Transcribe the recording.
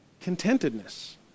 contentedness